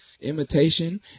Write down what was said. imitation